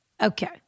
okay